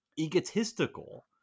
egotistical